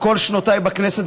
בכל שנותיי בכנסת,